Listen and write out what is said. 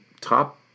top